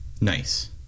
Nice